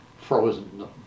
frozen